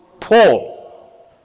Paul